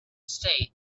state